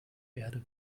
erde